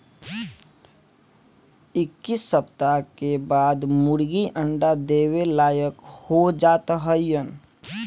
इक्कीस सप्ताह के बाद मुर्गी अंडा देवे लायक हो जात हइन